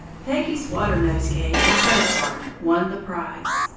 peggy's water-nosegay and show-card won the prize.